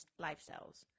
lifestyles